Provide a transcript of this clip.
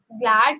glad